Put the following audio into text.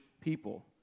people